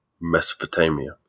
Mesopotamia